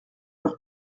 leur